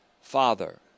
Father